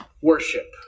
Worship